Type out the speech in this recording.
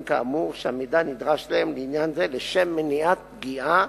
כאמור שהמידע נדרש להם לעניין זה לשם מניעת פגיעה